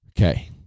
Okay